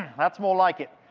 that's more like it.